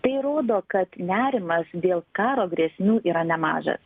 tai rodo kad nerimas dėl karo grėsmių yra nemažas